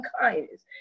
kindness